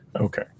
Okay